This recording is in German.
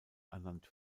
ernannt